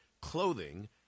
clothing